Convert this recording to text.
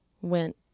went